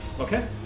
Okay